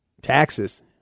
Taxes